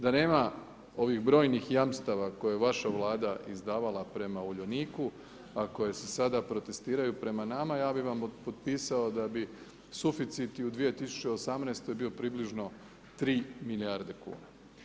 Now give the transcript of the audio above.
Da nema ovih brojnih jamstava koje je vaša Vlada izdavala prema Uljaniku a koje se sada protestiraju prema nama ja bih vam potpisao da bi suficiti u 2018. bio približno 3 milijarde kuna.